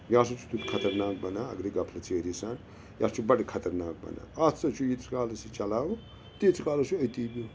یہِ ہَسا چھُ تٮُ۪تھ خَطرناک بَنان اگرِغفلت سیٲری سان یا چھُ بَڈٕ خطرناک بَنان اَتھ ہسا چھُ ییٖتِس کالَس یہِ چَلاوو تیٖتِس کالَس چھُ أتی بِہُن